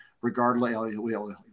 regardless